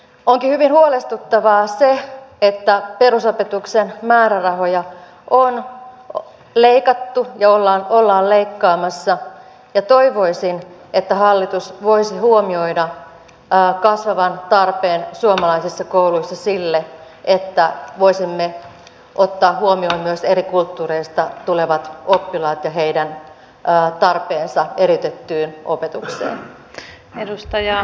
onkin hyvin huolestuttavaa se että perusopetuksen määrärahoja on leikattu ja ollaan leikkaamassa ja toivoisin että hallitus voisi huomioida kasvavan tarpeen suomalaisissa kouluissa sille että voisimme ottaa huomioon myös eri kulttuureista tulevat oppilaat ja heidän tarpeensa eriytettyyn opetukseen